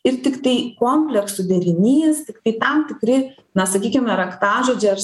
ir tiktai kompleksų derinys tiktai tam tikri na sakykime raktažodžiai ar